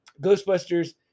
Ghostbusters